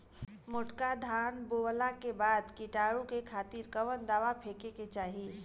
मोटका धान बोवला के बाद कीटाणु के खातिर कवन दावा फेके के चाही?